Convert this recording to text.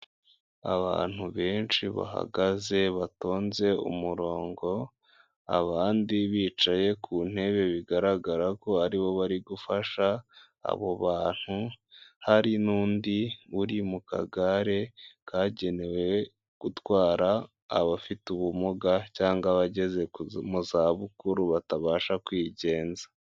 Abantu benshi bahagaze batonze umurongo abandi bicaye ku ntebe bigaragara ko aribo bari gufasha abo bantu, hari n'undi uri mu kagare kagenewe gutwara abafite ubumuga cyangwa abageze mu za bukuru batabasha kwigenza.